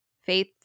Faith